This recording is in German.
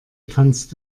tanzt